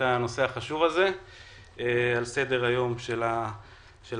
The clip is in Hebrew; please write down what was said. הנושא החשוב הזה על סדר-היום של הוועדה,